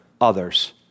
others